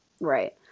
right